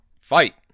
Fight